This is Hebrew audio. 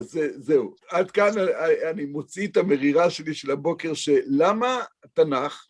אז זהו, עד כאן אני מוציא את המרירה שלי של הבוקר שלמה תנ"ך.